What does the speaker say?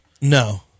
No